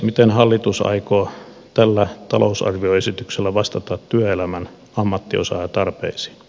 miten hallitus aikoo tällä talousarvioesityksellä vastata työelämän ammattiosaajatarpeisiin